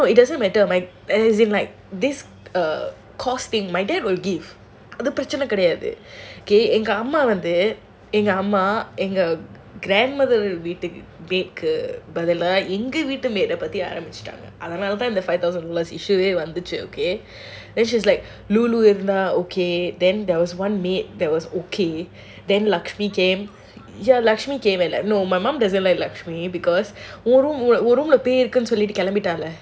no no it doesn't matter no no it doesn't matter my dad as in this cost thing my dad will give அது பிரச்னை கெடயாது எங்க அம்மா வந்து எங்க அம்மா வீட்டுக்கு பதிலா அழவச்சிட்டாங்க:adhu prachanai kedayaathu enga amma vandhu enga amma veetuku pathila azhavachitaanga then she's like no no then there was one maid that was okay then lakshimi came ya lakshimi came and no my mum doesn't like lakshimi